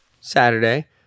Saturday